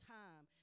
time